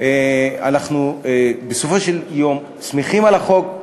אנחנו בסופו של יום שמחים על החוק,